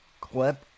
clip